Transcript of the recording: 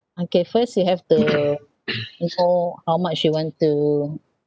okay first you have to inform how much you want to